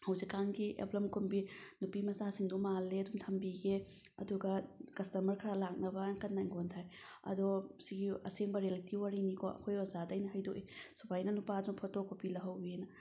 ꯍꯧꯖꯤꯛꯀꯥꯟꯒꯤ ꯑꯦꯜꯕꯝ ꯀꯨꯝꯕꯤ ꯅꯨꯄꯤ ꯃꯆꯥꯁꯤꯡꯗꯣ ꯃꯥꯜꯂꯦ ꯑꯗꯨꯝ ꯊꯝꯕꯤꯒꯦ ꯑꯗꯨꯒ ꯀꯁꯇꯃꯔ ꯈꯔ ꯂꯥꯛꯅꯕꯅ ꯀꯟꯅ ꯑꯩꯉꯣꯟꯗ ꯍꯥꯏ ꯑꯗꯣ ꯁꯤꯒꯤ ꯑꯁꯦꯡꯕ ꯔꯤꯌꯦꯂꯤꯇꯤ ꯋꯥꯔꯤꯅꯤꯀꯣ ꯑꯩꯈꯣꯏ ꯑꯣꯖꯥꯗ ꯑꯩꯅ ꯍꯥꯏꯗꯣꯛꯑꯦ ꯁꯨꯃꯥꯏꯅ ꯅꯨꯄꯥ ꯑꯗꯨꯅ ꯐꯣꯇꯣ ꯀꯣꯄꯤ ꯂꯧꯍꯧꯋꯤ ꯑꯅ